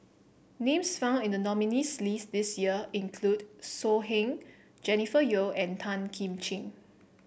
names found in the nominees' list this year include So Heng Jennifer Yeo and Tan Kim Ching